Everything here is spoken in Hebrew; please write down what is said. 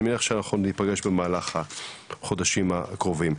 אני מניח שאנחנו נפגש במהלך החודשים הקרובים.